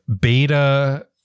beta